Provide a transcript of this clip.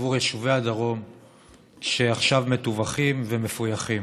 בעבור יישובי הדרום שעכשיו מטווחים ומפויחים.